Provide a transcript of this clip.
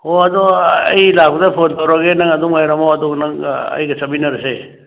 ꯍꯣ ꯑꯗꯣ ꯑꯩ ꯂꯥꯛꯄꯗ ꯐꯣꯟ ꯇꯧꯔꯛꯑꯒꯦ ꯅꯪ ꯑꯗꯨꯝ ꯉꯥꯏꯔꯝꯃꯣ ꯑꯗꯨꯒ ꯅꯪꯒ ꯑꯩꯒ ꯆꯠꯃꯤꯟꯅꯔꯁꯦ